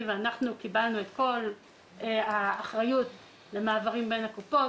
ואנחנו קיבלנו את כל האחריות למעברים בין הקופות.